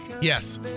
Yes